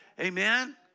Amen